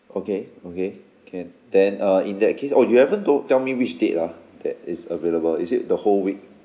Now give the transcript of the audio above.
okay okay can then uh in that case oh you haven't told tell me which date ah that is available is it the whole week